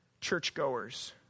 churchgoers